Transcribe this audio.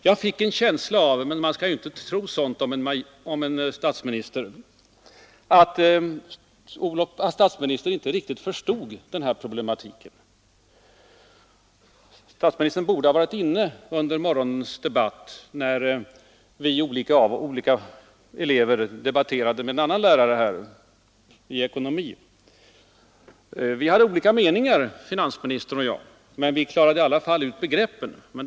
Jag fick en känsla av — men man bör ju inte tro sådant om en statsminister — att statsministern inte riktigt förstod den här problematiken. Statsministern borde ha varit inne i kammaren under morgonens debatt, när vi olika elever debatterade med en annan lärare här, en lärare i ekonomi. Vi hade olika meningar, finansministern och jag, men vi klarade i alla fall ut begreppen.